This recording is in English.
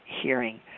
hearing